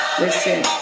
listen